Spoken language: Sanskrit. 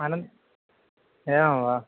अनन्तरम् एवं वा